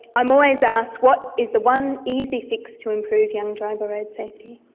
i'm always asked what is the one easy fix to improve young driver road safety.